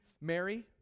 Mary